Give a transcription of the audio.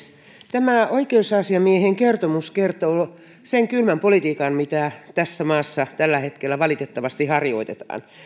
tämä oikeusasiamiehen kertomus kertoo sen kylmän politiikan mitä tässä maassa tällä hetkellä valitettavasti harjoitetaan